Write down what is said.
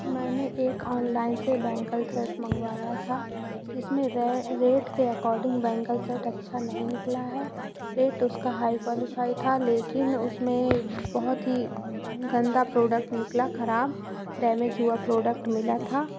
मैंने एक ऑनलाइन से बैंकल सर्ट मंगवाया था जिसमें रै रेड के अकोर्डिंग बैंकल सर्ट अच्छा नहीं निकला है रेट उसका हाई क्वालीफाई था लेकिन उसमें बहुत ही गन्दा प्रोडक्ट निकला ख़राब डैमेज हुआ प्रोडक्ट मिला था